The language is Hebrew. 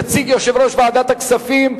יציג יושב-ראש ועדת הכספים,